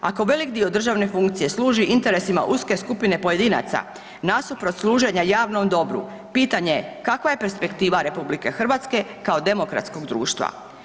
Ako velik dio državne funkcije služi interesima uske skupne pojedinaca, nasuprot služenja javnom dobru pitanje je kakva je perspektiva RH kao demokratskog društva?